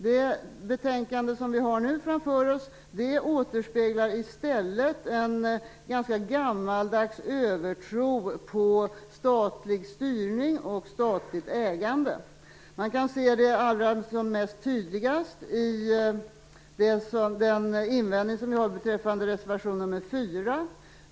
Det betänkande som vi nu har framför oss återspeglar i stället en ganska gammaldags övertro på statlig styrning och statligt ägande. Man kan se det allra som mest tydligt i den invändning som jag har i anslutning till reservation nr 4.